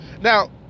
Now